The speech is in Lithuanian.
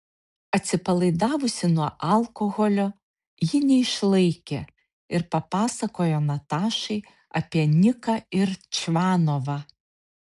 atsipalaidavusi nuo alkoholio ji neišlaikė ir papasakojo natašai apie niką ir čvanovą